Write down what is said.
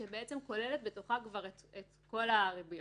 שכוללת בתוכה כבר את כל הריביות,